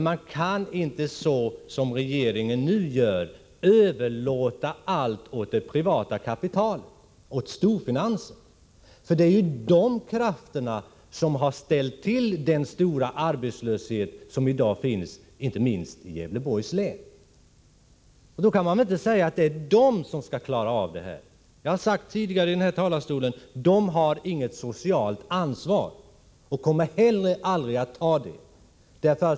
Man kan inte, så som regeringen nu gör, överlåta allt åt det privata kapitalet och storfinansen — det är ju dessa krafter som har ställt till med den stora arbetslöshet som i dag finns inte minst i Gävleborgs län. Då kan man väl inte säga att det är de som skall klara av detta. Jag har sagt tidigare att de inte har något socialt ansvar och heller aldrig kommer att ta något.